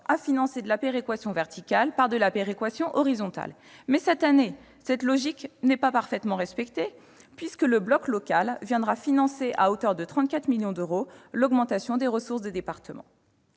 à financer de la péréquation verticale par de la péréquation horizontale. Cette année, cette logique n'est pas parfaitement respectée, puisque le bloc communal viendra financer à hauteur de 34 millions d'euros l'augmentation des ressources des départements.